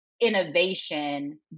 innovation